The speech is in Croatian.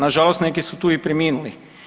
Na žalost neki su tu i preminuli.